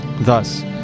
Thus